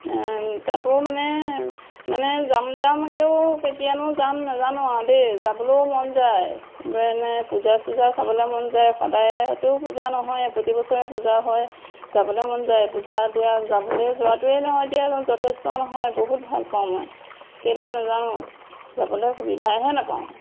তাতো মানে মানে যাম যামকে কেতিয়ানো যাম নেজানো আও দেই যাবলেও মন যায় পূজা চূজা চাবলে মন যায় সদায়তো পূজা নহয় প্ৰতি বছৰে পূজা হয় যাবলে মন যায় পূজা এতিয়া যাবলে যোৱাটোৱে নহয় এতিয়া যথেষ্ট নহয় বহুত ভাল পাওঁ মই কেলে নেযাওঁ যাবলে সুবিধাহে নেপাওঁ